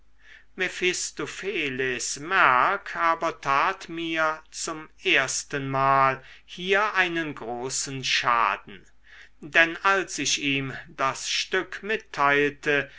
mephistopheles merck aber tat mir zum erstenmal hier einen großen schaden denn als ich ihm das stück mitteilte